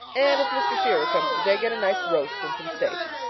anne, if mr. shearer comes today get a nice roast and some steak.